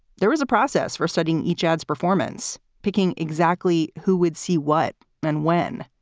there is a process for setting each ad's performance, picking exactly who would see what and when.